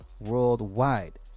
worldwide